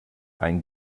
ein